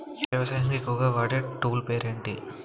వ్యవసాయానికి ఎక్కువుగా వాడే టూల్ పేరు ఏంటి?